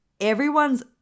everyone's